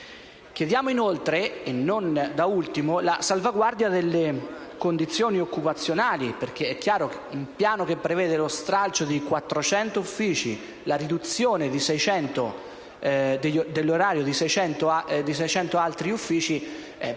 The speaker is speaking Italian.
Chiediamo, inoltre e non da ultimo, la salvaguardia delle condizioni occupazionali. Il piano che prevede lo stralcio di 400 uffici e la riduzione dell'orario di 600 altri uffici